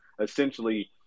essentially